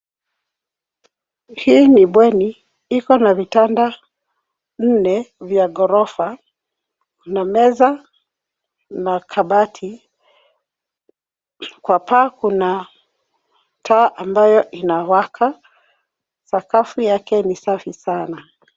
Hii ni bweni. Iko na vitanda nne vya ghorofa. Kuna meza na kabati, kwa paa kuna taa ambayo inawaka. Sakafu yake ni safi sana.